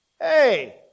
Hey